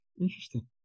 Interesting